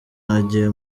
agiye